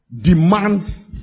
demands